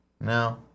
No